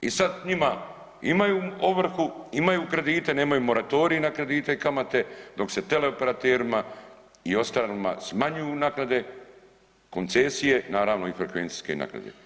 I sad njima imaju ovrhu, imaju kredite, nemaju moratorij na kredite i kamate dok se teleoperaterima i ostalima smanjuju naknade, koncesije naravno i frekvencijske naknade.